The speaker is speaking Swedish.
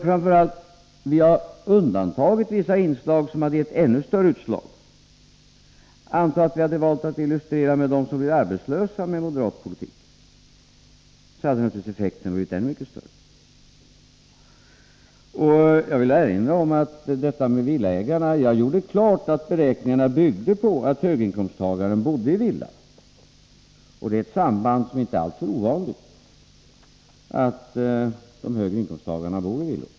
Framför allt har vi undantagit vissa delar som hade gett ännu större utslag. Anta att vi hade valt att illustrera med dem som blir arbetslösa med moderat politik! Då hade effekten naturligtvis blivit ännu större. Jag vill erinra om detta med villaägarna. Jag gjorde klart att beräkningarna byggde på att höginkomsttagaren bodde i villa. Och det är ett förhållande som inte är alltför ovanligt att höginkomsttagarna bor i villor.